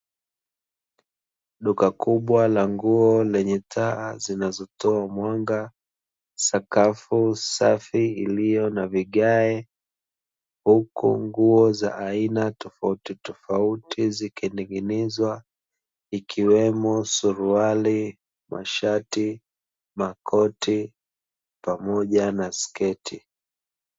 Duka kubwa la nguo lenye taa zinazotoa mwanga, sakafu safi iliyo na vigae huku nguo za aina tofautitofauti zikininginizwa, ikiwemo: suruali, mashati, makoti pamoja na sketi.